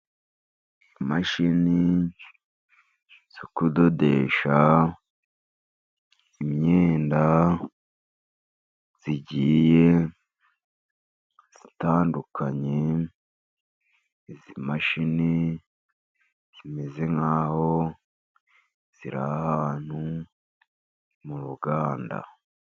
Imashini zo kudodesha imyenda igiye itandukanye, izi mashini zimeze nk'aho ziri ahantu mu ruganda.